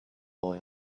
boy